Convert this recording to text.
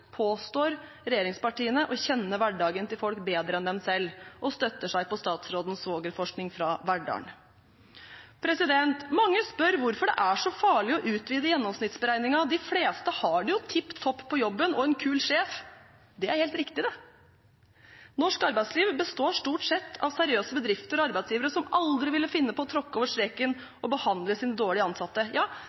påstår regjeringspartiene å kjenne hverdagen til folk bedre enn de selv gjør, og støtter seg på statsrådens svogerforskning fra Verdal. Mange spør hvorfor det er så farlig å utvide gjennomsnittsberegningen – de fleste har det jo tipp topp på jobben og en kul sjef! Det er helt riktig, det. Norsk arbeidsliv består stort sett av seriøse bedrifter og arbeidsgivere som aldri ville finne på å tråkke over streken og behandle sine ansatte dårlig. Ja,